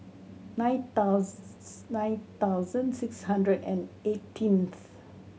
nine nine thousand six hundred and eighteenth